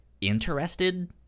interested